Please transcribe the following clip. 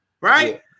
Right